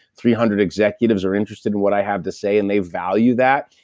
three hundred executives are interested in what i have to say and they value that.